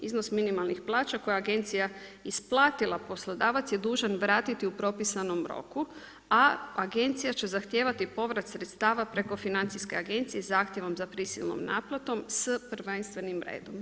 Iznosi minimalnih plaća koja agencija isplatila, poslodavac je dužan vratiti u propisanom roku, a agencija će zahtijevati povrat sredstava preko Financijske agencije zahtjevom za prisilnom naplatom s prvenstvenim redom.